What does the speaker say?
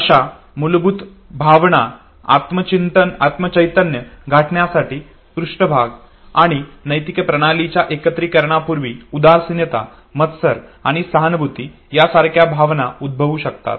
आता मूलभूत भावना आत्मचैतन्य गाठण्याआधी पृष्ठभाग आणि नैतिक प्रणालीच्या एकत्रीकरणापूर्वी उदासीनता मत्सर आणि सहानुभूती यासारख्या भावना उद्भवू शकतात